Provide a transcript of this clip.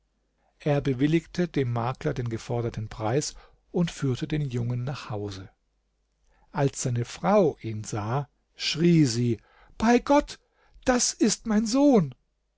er bewilligte dem makler den geforderten preis und führte den jungen nach hause als seine frau ihn sah schrie sie bei gott das ist mein sohn